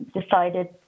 decided